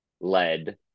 led